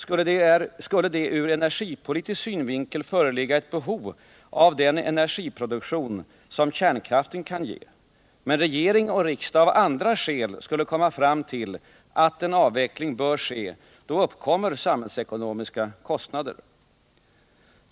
Skulle det ur energipolitisk synvinkel föreligga ett behov av den energiproduktion som kärnkraften kan ge men regering och riksdag av andra skäl skulle komma fram till att en avveckling bör ske uppkommer sam hällsekonomiska kostnader.